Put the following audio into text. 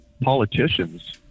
politicians